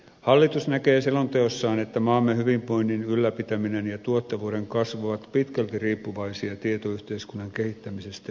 hallitus näkee selonteossaan että maamme hyvinvoinnin ylläpitäminen ja tuottavuuden kasvu ovat pitkälti riippuvaisia tietoyhteiskunnan kehittämisestä ja digitalisoinnista